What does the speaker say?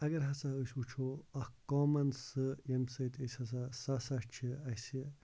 اگر ہَسا أسۍ وٕچھو اَکھ کامَن سُہ ییٚمہِ سۭتۍ أسۍ ہَسا سُہ ہَسا چھِ اَسہِ